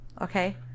okay